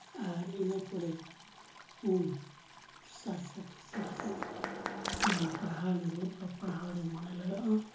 ᱟᱨ ᱤᱱᱟᱹᱯᱚᱨᱮ ᱩᱢ ᱥᱟᱹᱨᱪᱟ ᱯᱷᱟᱹᱨᱪᱟ ᱠᱟᱛᱮ ᱟᱢ ᱯᱟᱲᱦᱟᱣᱮᱢ ᱫᱩᱲᱩᱵᱼᱟ ᱯᱟᱲᱦᱟᱣ ᱨᱮ ᱢᱚᱱᱮ ᱞᱟᱜᱟᱣᱚᱜᱼᱟ